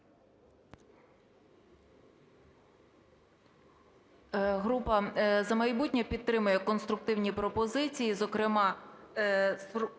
Група "За майбутнє" підтримує конструктивні пропозиції, зокрема